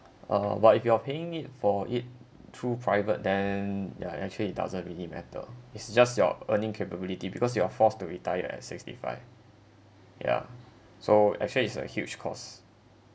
uh but if you are paying it for it through private then ya actually it doesn't really matter it's just your earning capability because you are forced to retire at sixty five yeah so actually it's a huge costs